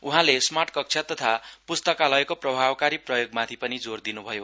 उहाँले स्मार्ट कक्ष तथा प्स्तकालयको प्रभावकारी प्रयोगमाथि पनि जोर दिन् भयो